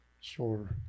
Sure